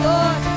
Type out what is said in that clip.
Lord